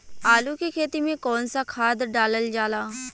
आलू के खेती में कवन सा खाद डालल जाला?